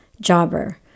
jobber